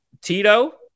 Tito